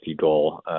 goal